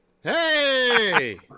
Hey